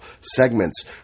segments